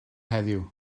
heddiw